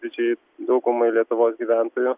didžiajai daugumai lietuvos gyventojų